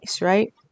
right